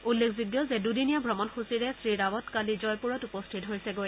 উল্লেখযোগ্য যে দুদিনীয়া ভ্ৰমণসূচীৰে শ্ৰীৰাবট কালি জয়পুৰত উপস্থিত হৈছেগৈ